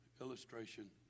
illustration